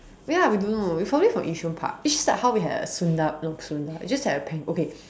ya we don't know it is probably from Yishun Park it's just like how we had a tsuna~ no tsuna~ we just had a pa~ okay